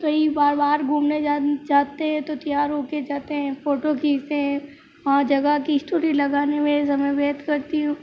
कई बार बाहर घूमने जान जाते हैं तो तैयार हो के जाते हैं फ़ोटो खीचते हैं हाँ जगह की स्टोरी लगाने में समय व्यर्थ करती हूँ